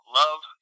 love